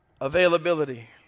availability